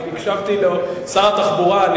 שר התחבורה,